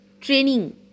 training